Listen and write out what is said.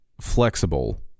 flexible